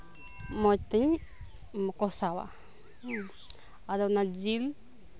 ᱢᱚᱸᱡᱽ ᱛᱤᱧ ᱠᱚᱥᱟᱣᱟ ᱟᱫᱚ ᱚᱱᱟ ᱡᱤᱞ